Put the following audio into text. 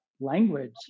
language